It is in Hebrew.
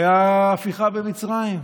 הייתה ההפיכה במצרים,